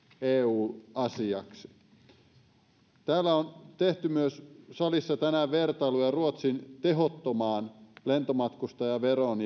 eu asiaksi täällä on tehty myös salissa tänään vertailuja ruotsin tehottomaan lentomatkustajaveroon